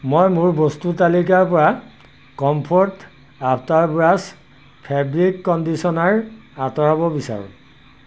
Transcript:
মই মোৰ বস্তুৰ তালিকাৰ পৰা Comfort after wash fabric conditioner আঁতৰাব বিচাৰো